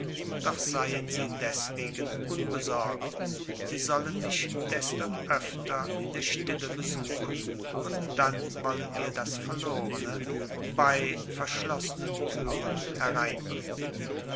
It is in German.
doch seien sie deswegen unbesorgt sie sollen mich desto öfter in der stille besuchen und dann wollen wir das verlorene bei verschloßnen türen hereinbringen